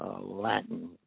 Latin